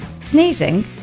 Sneezing